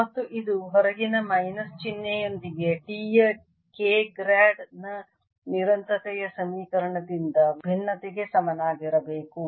ಮತ್ತು ಇದು ಹೊರಗಿನ ಮೈನಸ್ ಚಿಹ್ನೆಯೊಂದಿಗೆ T ಯ K ಗ್ರಾಡ್ ನ ನಿರಂತರತೆಯ ಸಮೀಕರಣದಿಂದ ಭಿನ್ನತೆಗೆ ಸಮನಾಗಿರಬೇಕು